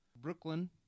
Brooklyn